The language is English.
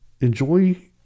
enjoy